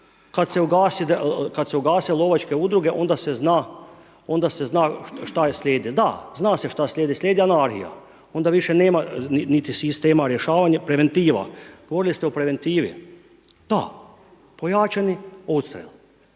kad se ugase lovačke udruge, onda se zna šta slijedi. Da, zna se šta slijedi. Slijedi anarhija. Onda vise nema niti sistema rješavanja. Preventiva. Govorili ste o preventivi. Da, pojačani odstrjel.